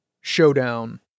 Showdown